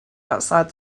outside